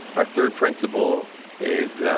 our third principle is,